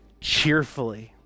cheerfully